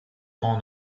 grand